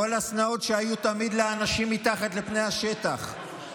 כל השנאות שהיו תמיד לאנשים מתחת לפני השטח,